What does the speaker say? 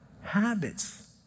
habits